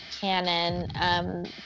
canon